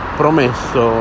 promesso